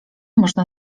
można